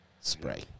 spray